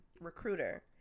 recruiter